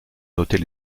noter